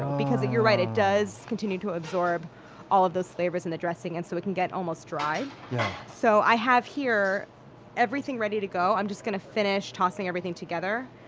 because, you're right, it does continue to absorb all of those flavors and the dressing, and so it can get almost dry so i have here everything ready to go and i'm just going to finish tossing everything together.